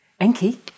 Enki